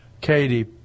Katie